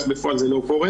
אך בפועל זה לא קורה.